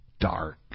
dark